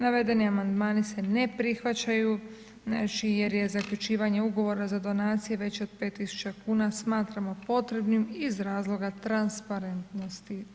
Navedeni amandmani se ne prihvaćaju, jer je zaključivanje ugovora za donacije veći od 5 tisuće kuna smatramo potrebnim iz razloga transparentnosti.